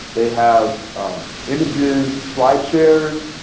they have images, slideshares.